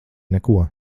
neko